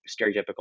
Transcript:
stereotypical